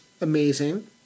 amazing